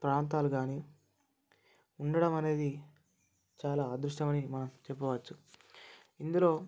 ప్రాంతాలు కానీ ఉండడం అనేది చాలా అదృష్టం అని మనం చెప్పవచ్చు ఇందులో